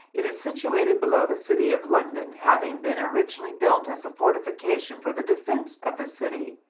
it is situated below the city of london, having been originally built as a fortification for the defense of the city.